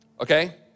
okay